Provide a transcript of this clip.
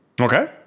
Okay